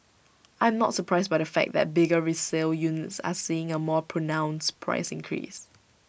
I am not surprised by the fact that bigger resale units are seeing A more pronounced price increase